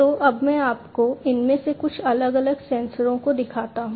तो अब मैं आपको इनमें से कुछ अलग सेंसरों को दिखाता हूं